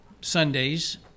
Sundays